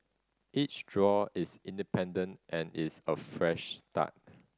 each draw is independent and is a fresh start